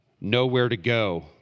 nowhere-to-go